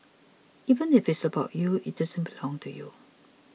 even if it is about you it doesn't belong to you